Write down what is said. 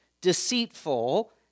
deceitful